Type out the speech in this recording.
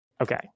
Okay